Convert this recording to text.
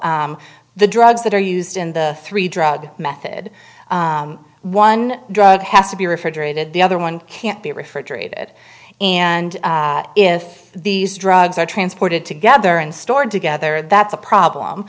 example the drugs that are used in the three drug method one drug has to be refrigerated the other one can't be refrigerated and if these drugs are transported together and stored together that's a problem